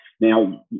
now